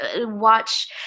watch